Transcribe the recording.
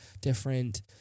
different